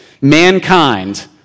mankind